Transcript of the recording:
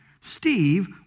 Steve